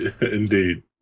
Indeed